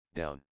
down